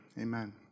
Amen